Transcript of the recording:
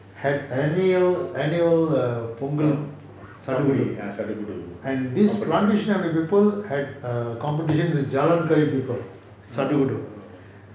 had annual annual Pongal sadugudu sadugudu and this plantation avenue people had err competition with jalan kayu people sadugudu